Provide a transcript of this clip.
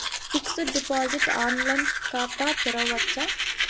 Fixed deposit online ఖాతా తెరువవచ్చా?